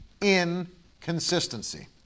inconsistency